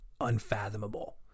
unfathomable